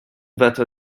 wetter